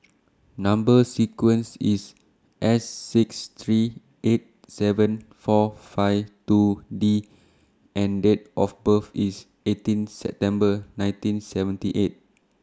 Number sequence IS S six three eight seven four five two D and Date of birth IS eighteen September nineteen seventy eight